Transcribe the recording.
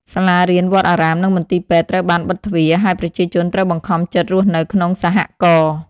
សាលារៀន វត្តអារាម និងមន្ទីរពេទ្យត្រូវបានបិទទ្វារ ហើយប្រជាជនត្រូវបង្ខំចិត្តរស់នៅក្នុង សហករណ៍។